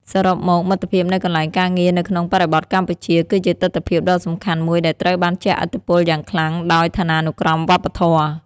សរុបមក មិត្តភាពនៅកន្លែងការងារនៅក្នុងបរិបទកម្ពុជាគឺជាទិដ្ឋភាពដ៏សំខាន់មួយដែលត្រូវបានជះឥទ្ធិពលយ៉ាងខ្លាំងដោយឋានានុក្រមវប្បធម៌។